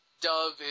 dove